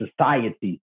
society